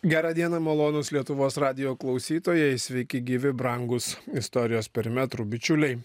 gerą dieną malonūs lietuvos radijo klausytojai sveiki gyvi brangūs istorijos perimetrų bičiuliai